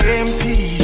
empty